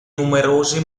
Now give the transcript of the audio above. numerosi